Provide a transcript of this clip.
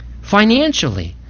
financially